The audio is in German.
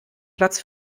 platz